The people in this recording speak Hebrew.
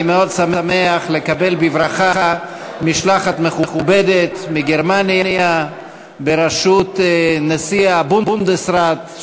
אני מאוד שמח לקבל בברכה משלחת מכובדת מגרמניה בראשות נשיא הבונדסראט,